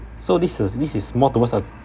so this is this is more towards uh